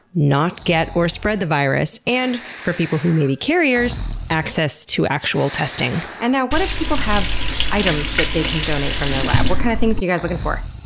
not get or spread the virus, and, for people who may be carriers, access to actual testing. and now, what if people have items that they can donate from their lab, what kind of things are you guys looking for?